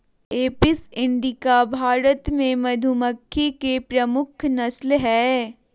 Apis indica Bharat मे मधुमक्खी के प्रमुख नस्ल हय